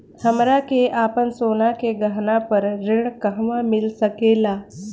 हमरा के आपन सोना के गहना पर ऋण कहवा मिल सकेला?